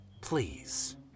Please